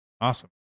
awesome